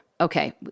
Okay